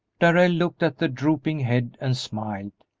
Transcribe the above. darrell looked at the drooping head and smiled.